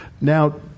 Now